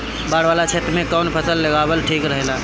बाढ़ वाला क्षेत्र में कउन फसल लगावल ठिक रहेला?